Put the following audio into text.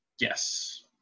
Yes